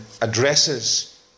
addresses